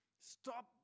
stop